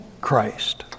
Christ